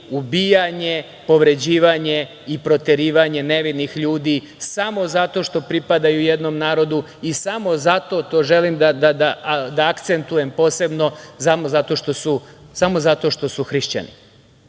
ubijanje, povređivanje i proterivanje nevinih ljudi samo zato što pripadaju jednom narodu i samo zato, to želim da akcentujem posebno, samo zato što su hrišćani. Da